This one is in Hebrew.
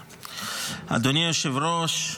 אדוני השר,